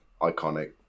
iconic